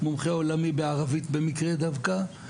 מומחה עולמי בערבית במקרה דווקא,